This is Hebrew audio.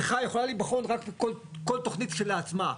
צריכה להיבחן בכל תוכנית כשלעצמה.